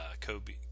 Kobe